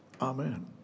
Amen